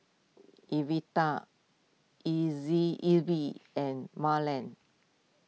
Everet and Marland